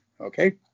Okay